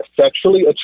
sexually